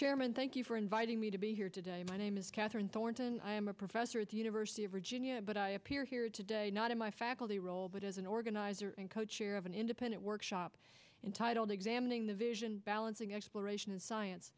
chairman thank you for inviting me to be here today my name is catherine thornton i am a professor at the university of virginia but i appear here today not in my faculty role but as an organizer and co chair of an independent workshop entitled examining the vision balancing exploration and science